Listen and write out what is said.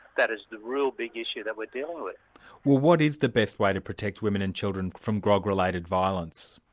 that is the real big issue that we're dealing with. well what is the best way to protect women and children from grog-related violence?